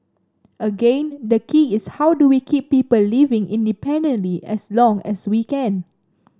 again the key is how do we keep people living independently as long as we can